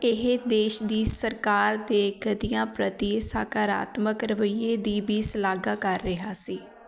ਇਹ ਦੇਸ਼ ਦੀ ਸਰਕਾਰ ਦੇ ਗਤੀਆਂ ਪ੍ਰਤੀ ਸਕਾਰਾਤਮਕ ਰਵੱਈਏ ਦੀ ਵੀ ਸ਼ਲਾਘਾ ਕਰ ਰਿਹਾ ਸੀ